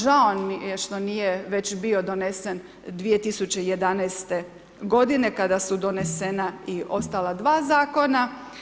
Žao mi je što nije već bio donesen 2011. godine kada su donesena i ostala 2 zakona.